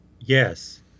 yes